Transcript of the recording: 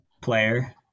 player